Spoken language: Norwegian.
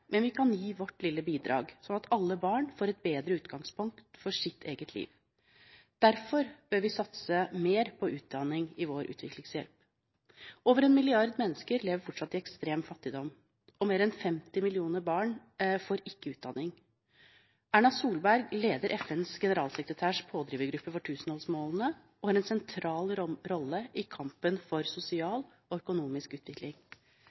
men vi kan gi vårt lille bidrag, sånn at alle barn får et bedre utgangspunkt for sitt eget liv. Derfor bør vi satse mer på utdanning i vår utviklingshjelp. Over en milliard mennesker lever fortsatt i ekstrem fattigdom, og mer enn 50 millioner barn får ikke utdanning. Erna Solberg leder FNs generalsekretærs pådrivergruppe for tusenårsmålene og har en sentral rolle i kampen for sosial og økonomisk utvikling.